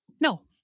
No